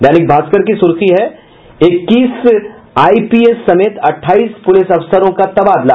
दैनिक भास्कर की सुर्खी है इक्कीस आईपीएस समेत अठाईस पुलिस अफसरों का तबादला